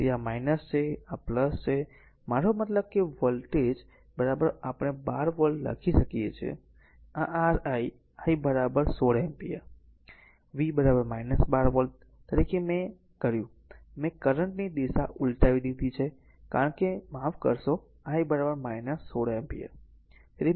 તેથી જો આ છે અને આ છે તેનો મતલબ એ છે કે વોલ્ટેજ આપણે 12 વોલ્ટ લખી શકીએ છીએ અને આ r I I r 16 ampere છે V 12 વોલ્ટ તરીકે મેં r માટે કર્યું મેં કરંટ ની દિશા ઉલટાવી દીધી છે કારણ કે તે માફ કરશો I 16 એમ્પીયર